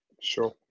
Sure